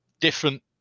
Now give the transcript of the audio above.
different